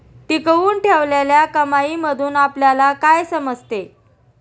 टिकवून ठेवलेल्या कमाईमधून आपल्याला काय समजते?